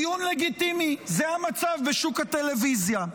דיון לגיטימי, זה המצב בשוק הטלוויזיה.